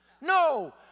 No